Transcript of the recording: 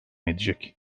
edecek